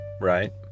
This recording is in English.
right